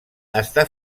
està